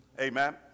Amen